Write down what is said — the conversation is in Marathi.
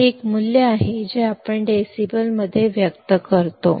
हे एक मूल्य आहे जे आपण डेसिबलमध्ये व्यक्त करतो